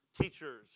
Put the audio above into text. Teachers